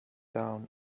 down